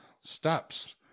steps